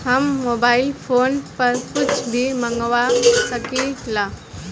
हम mobile phone पर कुछ भी मंगवा सकिला?